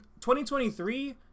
2023